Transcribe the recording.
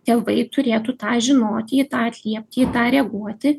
tėvai turėtų tą žinoti į tą atliepti į tą reaguoti